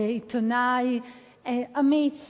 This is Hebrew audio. עיתונאי אמיץ